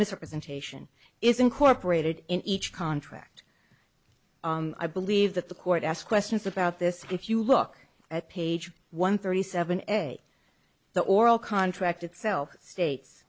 misrepresentation is incorporated in each contract i believe that the court asked questions about this if you look at page one thirty seven essay the oral contract itself states